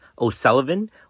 O'Sullivan